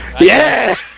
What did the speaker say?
Yes